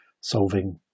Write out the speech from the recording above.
solving